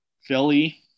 Philly